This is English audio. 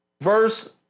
verse